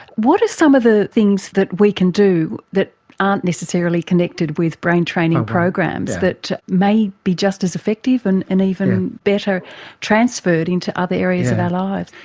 what are some of the things that we can do that aren't necessarily connected with brain training programs that may be just as effective and and even better transferred into other areas of our lives?